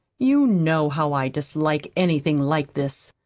you know how i dislike anything like this.